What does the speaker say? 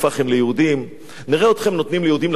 נראה אתכם נותנים ליהודים לגור באעבלין ובפקיעין,